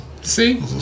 See